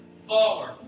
forward